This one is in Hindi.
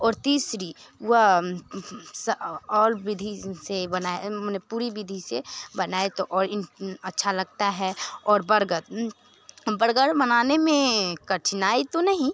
और तीसरी और विधि से बनाया मने पूरी विधि से बनाए तो और अच्छा लगता है और बर्गर बर्गर बनाने में कठिनाई तो नहीं